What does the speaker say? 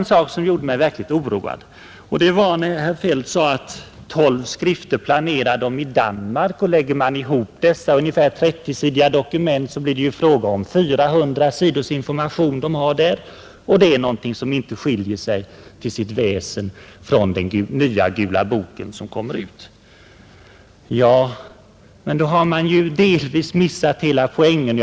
En sak gjorde mig något oroad. Det var när herr Feldt sade att man i Danmark planerar tolv skrifter och att om man lägger ihop dessa ungefär trettiosidiga dokument blir det fråga om 400 sidors information och att det skulle vara något som inte skiljer sig till sitt väsen från den nya Gula boken som kommer ut. Ja, men då har man delvis missat poängen, herr handelsminister!